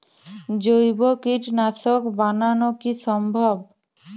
জৈব কীটনাশক বানানো কি সম্ভব?